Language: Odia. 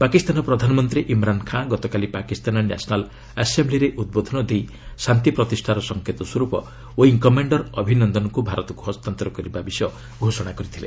ପାକିସ୍ତାନ ପ୍ରଧାନମନ୍ତ୍ରୀ ଇମ୍ରାନ୍ ଖାଁ ଗତକାଲି ପାକିସ୍ତାନ ନ୍ୟାସନାଲ୍ ଆସେମ୍ବିରେ ଉଦ୍ବୋଧନ ଦେଇ ଶାନ୍ତି ପ୍ରତିଷ୍ଠାର ସଙ୍କେତସ୍ୱର୍ପ ୱିଙ୍ଗ୍ କମାଣ୍ଡର୍ ଅଭିନନ୍ଦନଙ୍କ ଭାରତକ୍ ହସ୍ତାନ୍ତର କରିବା ବିଷୟ ଘୋଷଣା କରିଥିଲେ